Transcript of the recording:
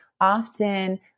often